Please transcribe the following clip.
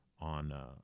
on